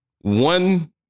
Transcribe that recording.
one